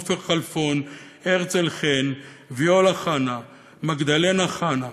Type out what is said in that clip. עופר חלפון, הרצל חן, ויאולה חנא, מגדלא חנא,